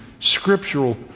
scriptural